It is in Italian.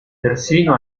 persino